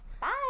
Bye